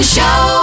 Show